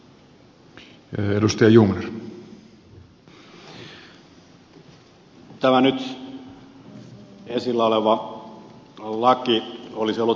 tämä nyt esillä oleva laki olisi ollut monimutkainen